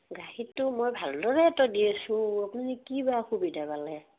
গাখীৰটোতো মই ভালদৰেই দি আছোঁ আপুনি কি বা অসুবিধা পালে